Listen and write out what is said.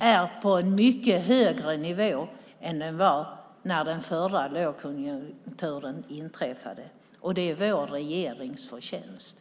ligger på en mycket högre nivå än den gjorde när den förra lågkonjunkturen inträffade. Det är vår regerings förtjänst.